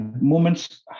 moments